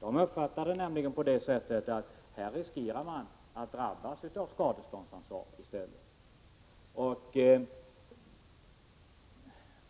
De uppfattar den nämligen så att man riskerar att drabbas av skadeståndsansvar. Oavsett